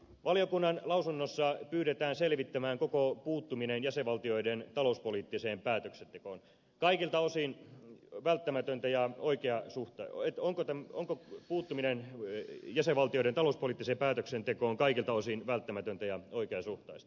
valiokunnan lausunnossa pyydetään selvittämään onko puuttuminen jäsenvaltioiden talouspoliittiseen päätöksentekoon kaikilta osin välttämätöntä ja oikea suhta uet on täten onko puuttuminen jäsenvaltioiden talouspoliittiseen päätöksentekoon kaikilta osin välttämätöntä ja oikeasuhtaista